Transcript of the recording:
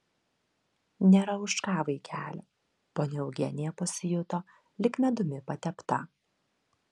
nėra už ką vaikeli ponia eugenija pasijuto lyg medumi patepta